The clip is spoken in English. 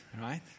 right